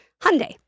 Hyundai